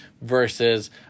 versus